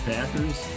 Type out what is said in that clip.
Packers